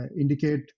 indicate